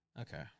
Okay